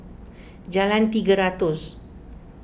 Jalan Tiga Ratus